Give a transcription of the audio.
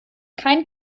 kein